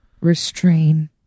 restrain